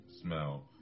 smell